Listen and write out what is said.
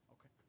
okay